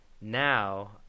Now